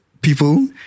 people